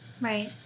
right